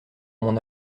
mon